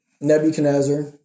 Nebuchadnezzar